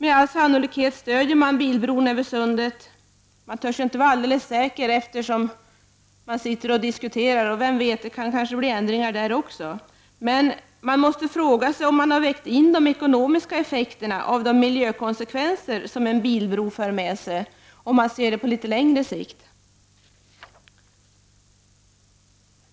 Med all sannolikhet stöder socialdemokraterna bilbron över sundet, men jag törs inte vara alldeles säker, eftersom diskussionerna pågår. Vem vet, det kan kanske bli ändring där också? Men frågan är om man har vägt in de ekonomiska effekterna av de miljökonsekvenser som en bilbro för med sig, sett på litet längre sikt.